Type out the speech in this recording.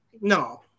No